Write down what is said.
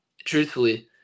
truthfully